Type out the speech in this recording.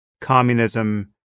communism